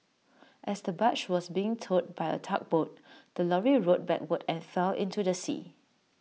as the barge was being towed by A tugboat the lorry rolled backward and fell into the sea